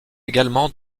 également